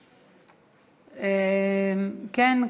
כן,